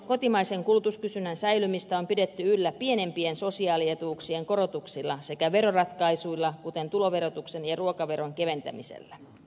kotimaisen kulutuskysynnän säilymistä on pidetty yllä pienempien sosiaalietuuksien korotuksilla sekä veroratkaisuilla kuten tuloverotuksen ja ruokaveron keventämisellä